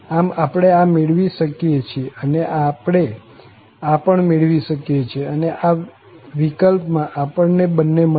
આમ આપણે આ મેળવી શકીએ છીએ અને આપણે આ પણ મેળવી શકીએ છીએ અને આ વિકલ્પમાં આપણ ને બન્ને મળે છે